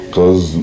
Cause